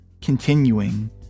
continuing